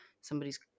somebody's